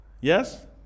Yes